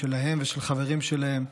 שלהם ושל חברים שלהם,